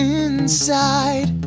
inside